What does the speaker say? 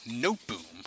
Noteboom